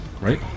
right